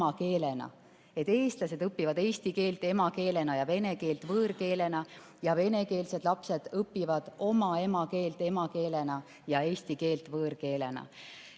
eestlased õpiksid eesti keelt emakeelena ja vene keelt võõrkeelena ning venekeelsed lapsed õpiksid oma emakeelt emakeelena ja eesti keelt võõrkeelena.